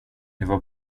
var